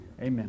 Amen